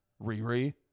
Riri